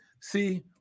See